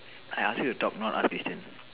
I ask you to talk not ask question